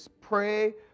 pray